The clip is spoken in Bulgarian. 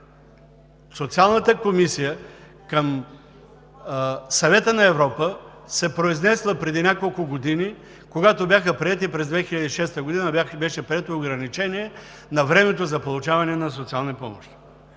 Социалната комисия към Съвета на Европа се е произнесла преди няколко години – през 2006 г., когато беше прието ограничение на времето за получаване на социални помощи.